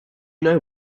know